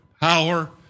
power